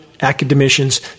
academicians